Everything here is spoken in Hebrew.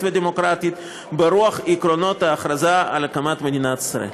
ודמוקרטית ברוח עקרונות ההכרזה על הקמת מדינת ישראל".